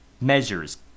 measures